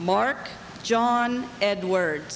mark john edward